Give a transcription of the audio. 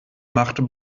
macht